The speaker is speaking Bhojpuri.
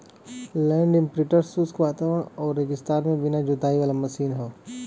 लैंड इम्प्रिंटर शुष्क वातावरण आउर रेगिस्तान में बिना जोताई वाला मशीन हौ